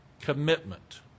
commitment